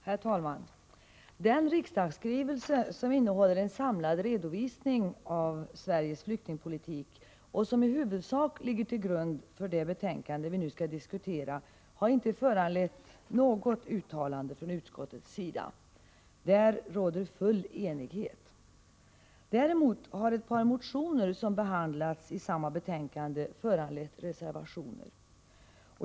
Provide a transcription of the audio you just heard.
Herr talman! Den riksdagsskrivelse som innehåller en samlad redovisning av Sveriges flyktingpolitik och som i huvudsak ligger till grund för det betänkande vi nu skall diskutera har inte föranlett något uttalande från utskottets sida. Där råder full enighet. Däremot har ett par motioner som behandlats i samma betänkande föranlett reservationer.